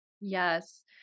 Yes